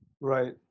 Right